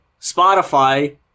Spotify